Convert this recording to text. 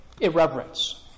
irreverence